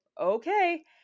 okay